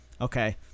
Okay